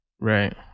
right